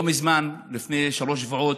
לא מזמן, לפני שלושה שבועות,